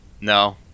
No